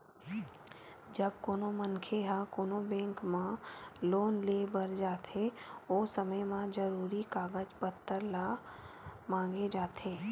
जब कोनो मनखे ह कोनो बेंक म लोन लेय बर जाथे ओ समे म जरुरी कागज पत्तर ल मांगे जाथे